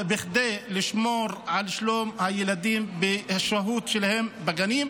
לשמור על שלום הילדים בשהות שלהם בגנים,